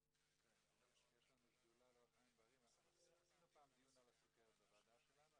יש לנו שדולה לאורח חיים בריא ועשינו פעם דיון על הסכרת בוועדה שלנו.